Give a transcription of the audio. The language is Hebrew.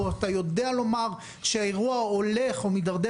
או שאתה יודע לומר שהאירוע הולך או מידרדר